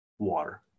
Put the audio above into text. Water